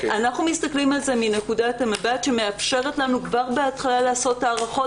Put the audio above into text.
אנחנו מסתכלים על זה מנקודת המבט שמאפשרת לנו כבר בהתחלה לעשות הערכות